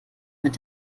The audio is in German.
mit